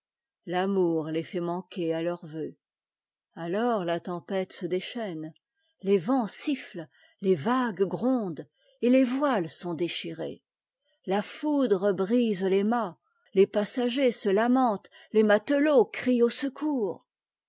l'amour les fait manquer à leur vœu alors la tempête se déchaîne les vents sifflent les vagues grondent et les voiles sont déchirées la foudre brise les mâts les passagers se lamentent les matelots crient au secours